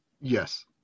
Yes